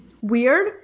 weird